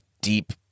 deep